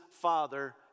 father